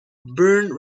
burned